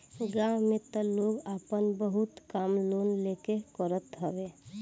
गांव में तअ लोग आपन बहुते काम लोन लेके करत हवे